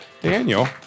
Daniel